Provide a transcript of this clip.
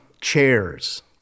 Chairs